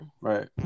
Right